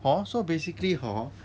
hor so basically hor